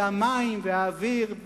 המים והאוויר,